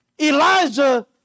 Elijah